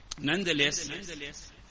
Nonetheless